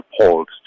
appalled